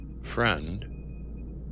friend